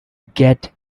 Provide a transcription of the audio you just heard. get